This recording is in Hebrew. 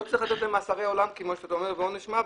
לא צריך להטיל עליהם מאסרי עולם או עונש מוות.